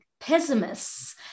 pessimists